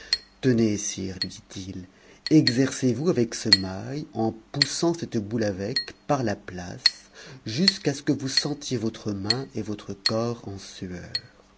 tenez sire lui dit-il exercez vous avec ce mail en poussant cette boule avec par la place jusqu'à ce que vous sentiez votre main et votre corps en sueur